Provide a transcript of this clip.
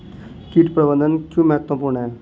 कीट प्रबंधन क्यों महत्वपूर्ण है?